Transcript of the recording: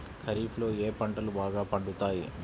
ఖరీఫ్లో ఏ పంటలు బాగా పండుతాయి?